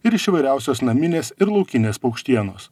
ir iš įvairiausios naminės ir laukinės paukštienos